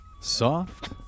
Soft